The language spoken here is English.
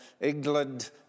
England